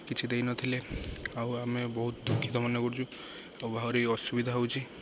କିଛି ଦେଇନଥିଲେ ଆଉ ଆମେ ବହୁତ ଦୁଃଖିତ ମନେ କରୁଛୁ ଆଉ ଆହୁରିି ଅସୁବିଧା ହେଉଛି